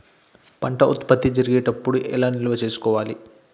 పంట ఉత్పత్తి జరిగేటప్పుడు ఎలా నిల్వ చేసుకోవాలి?